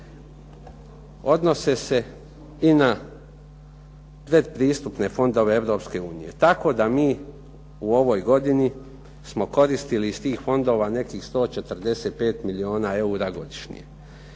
odnose se i na pretpristupne fondove Europske unije, tako da mi u ovoj godini smo koristili iz tih fondova nekih 145 milijuna eura godišnje.